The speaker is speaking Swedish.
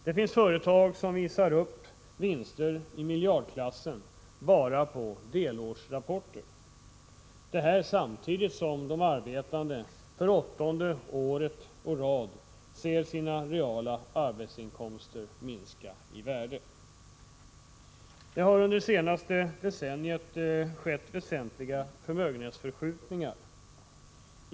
Det finns företag som visar upp vinster i miljardklassen bara på delårsrapporter, samtidigt som de arbetande för åttonde året i rad ser sina reala arbetsinkomster minska i värde. Det har under det senaste decenniet skett väsentliga förmögenhetsförskjutningar.